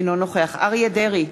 אינו נוכח אריה דרעי,